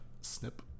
snip